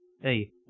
Hey